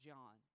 John